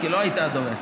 כי לא היית הדובר,